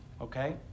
Okay